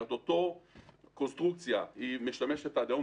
כלומר, אותה קונסטרוקציה משמשת עד היום.